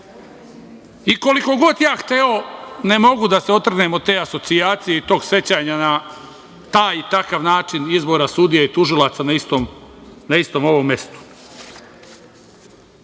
i koliko god ja hteo ne mogu da se otrgnem od te asocijacije i tog sećanja na taj i takav način izbora sudija i tužilaca na istom ovom